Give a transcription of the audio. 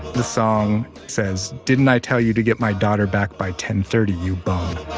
the song. says, didn't i tell you to get my daughter back by ten thirty, you bum?